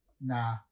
Nah